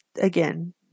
again